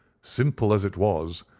simple as it was,